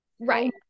right